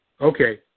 Okay